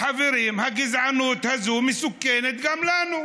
חברים, הגזענות הזאת מסוכנת גם לנו.